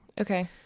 okay